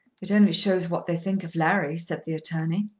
it only shows what they think of larry, said the attorney.